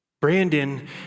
Brandon